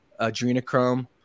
adrenochrome